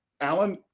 Alan